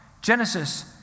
Genesis